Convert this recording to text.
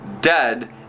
dead